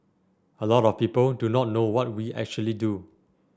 a lot of people do not know what we actually do